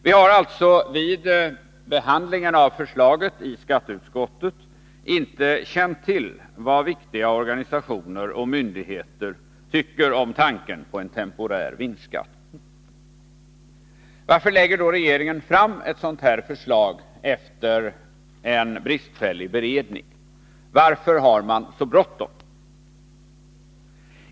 Vi har alltså vid behandlingen av förslaget i skatteutskottet inte känt till vad viktiga organisationer och myndigheter tycker om tanken på en temporär vinstskatt. Varför lägger då regeringen fram ett sådant här förslag efter en bristfällig beredning? Varför har man så bråttom?